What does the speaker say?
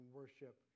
worship